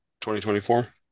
2024